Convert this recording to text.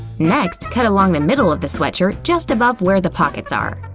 next, cut along the middle of the sweatshirt just above where the pockets are.